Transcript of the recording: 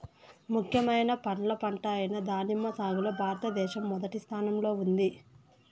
ముఖ్యమైన పండ్ల పంట అయిన దానిమ్మ సాగులో భారతదేశం మొదటి స్థానంలో ఉంది